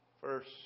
First